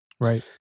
Right